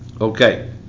Okay